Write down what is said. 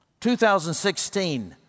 2016